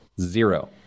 Zero